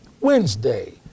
Wednesday